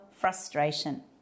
frustration